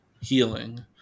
healing